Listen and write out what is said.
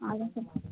அதான்